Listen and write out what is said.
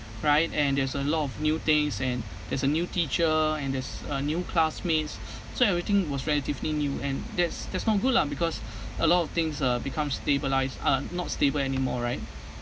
right and there's a lot of new things and there's a new teacher and there's uh new classmates so everything was relatively new and that's that's not good lah because a lot of things uh become stabilised uh not stable anymore right